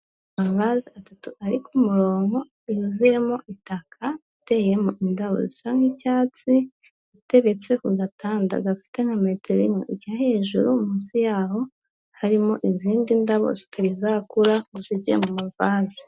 Amavaze atatu ari ku murongo yuzuyemo itaka, ateyemo indabo zisa nk'icyatsi, ateretse ku gatanda gafite nka metero enye ujya hejuru munsi yaho, harimo izindi ndabo zitarizakura zizingiye mu mavaze.